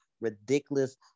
ridiculous